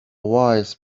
wise